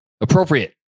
Appropriate